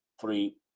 three